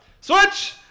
switch